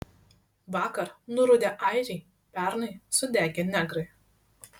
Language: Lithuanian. vakar nurudę airiai pernai sudegę negrai